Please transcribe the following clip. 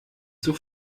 zur